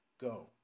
go